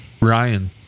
Ryan